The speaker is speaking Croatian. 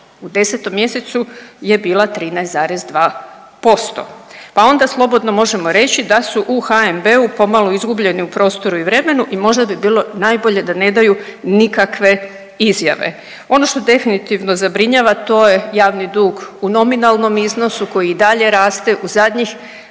u 10. mjesecu je bila 13,2%, pa onda slobodno možemo reći da su u HNB-u pomalo izgubljeni u prostoru i vremenu i možda bi bilo najbolje da ne daju nikakve izjave. Ono što definitivno zabrinjava to je javni dug u nominalnom iznosu koji i dalje raste, u zadnjih